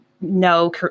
no